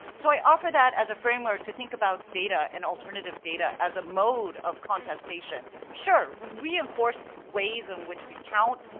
so i offer that as a framework to think about data, and alternative data as a mode of contestation. sure, we enforce ways in which we count,